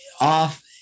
off